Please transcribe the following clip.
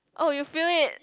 oh you feel it